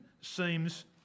seems